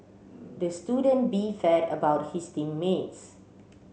the student beefed about his team mates